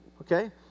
Okay